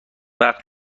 وقت